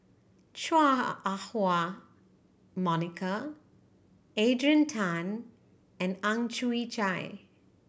Chua Ah Huwa Monica Adrian Tan and Ang Chwee Chai